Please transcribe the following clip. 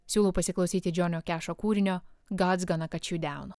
siūlau pasiklausyti džionio kešo kūrinio gods gonna cut you down